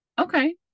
okay